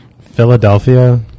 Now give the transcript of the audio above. Philadelphia